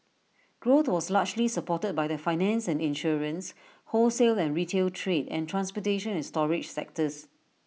growth was largely supported by the finance and insurance wholesale and retail trade and transportation and storage sectors